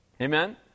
Amen